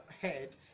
head